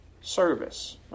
service